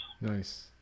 Nice